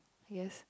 yes